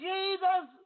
Jesus